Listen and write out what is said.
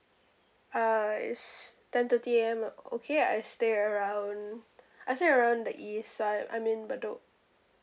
uh is ten thirty A_M okay I stay around I stay around the east side I mean bedok